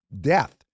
death